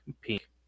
pink